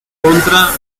contra